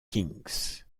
kings